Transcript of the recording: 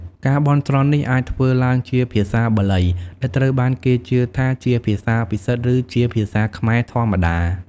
ការបន់ស្រន់នេះអាចធ្វើឡើងជាភាសាបាលី ដែលត្រូវបានគេជឿថាជាភាសាពិសិដ្ឋ ឬជាភាសាខ្មែរធម្មតា។